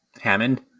hammond